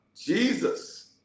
Jesus